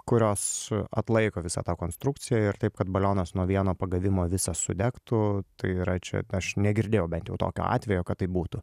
kurios atlaiko visą tą konstrukciją ir taip kad balionas nuo vieno pagavimo visas sudegtų tai yra čia aš negirdėjau bent jau tokio atvejo kad taip būtų